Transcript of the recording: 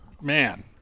Man